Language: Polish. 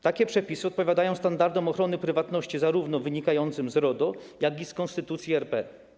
Takie przepisy odpowiadają standardom ochrony prywatności wynikającym zarówno z RODO, jak i z Konstytucji RP.